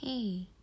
Hey